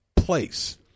Place